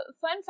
fun